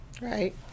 Right